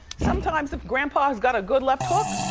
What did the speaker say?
sometimes if grandpa has got a good left hook.